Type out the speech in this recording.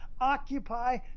occupy